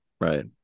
Right